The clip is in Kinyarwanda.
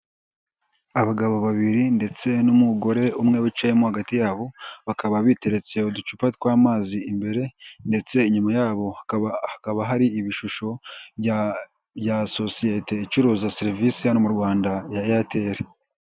Abagabo babiri ndetse n'umugore umwe wicayemo hagati yabo bakaba biteretse uducupa tw'amazi imbere ndetse inyuma yabo ha hakaba hari ibishusho bya sosiyete icuruza serivisi hano mu Rwanda ya Airtel.